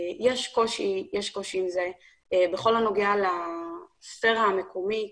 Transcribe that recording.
יש קושי עם זה, בכל הנוגע לספרה המקומית,